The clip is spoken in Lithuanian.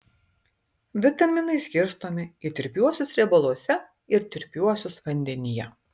vitaminai skirstomi į tirpiuosius riebaluose ir tirpiuosius vandenyje